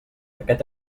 aquest